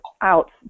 out